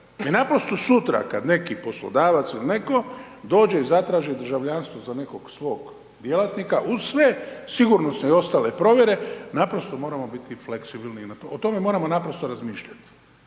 naprosto sutra kad neki poslodavac ili neko dođe i zatraži državljanstvo za nekog svog djelatnika uz sve sigurnosne i ostale provjere naprosto moramo biti fleksibilni, o tome moramo naprosto razmišljati.